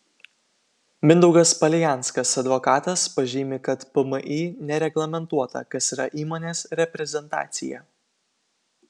mindaugas palijanskas advokatas pažymi kad pmį nereglamentuota kas yra įmonės reprezentacija